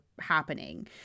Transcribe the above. happening